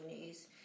news